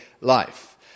life